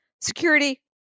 Security